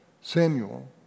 Samuel